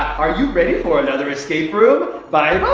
are you ready for another escape room? bye-bye!